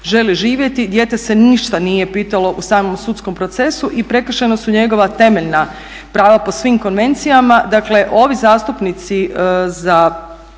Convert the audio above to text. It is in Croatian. želi živjeti. Dijete se ništa nije pitalo u samom sudskom procesu i prekršena su njegova temeljna prava po svim konvencijama. Dakle, ovi zastupnici za